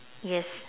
yes